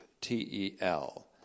T-E-L